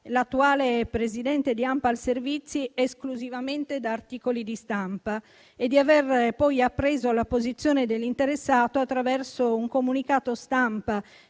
l'attuale presidente di ANPAL Servizi esclusivamente da articoli di stampa e di aver poi appreso la posizione dell'interessato attraverso un comunicato stampa